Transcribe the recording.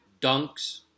dunks